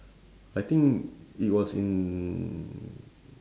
I think it was in